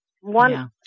One